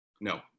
No